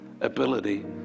ability